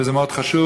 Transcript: וזה מאוד חשוב,